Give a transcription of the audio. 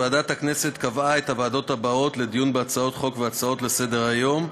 ועדת הכנסת קבעה את הוועדות הבאות לדיון בהצעת חוק ובהצעות לסדר-היום: